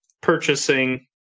purchasing